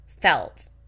felt